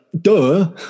duh